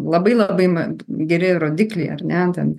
labai labai geri rodikliai ar ne ten